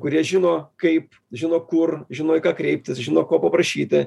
kurie žino kaip žino kur žino į ką kreiptis žino ko paprašyti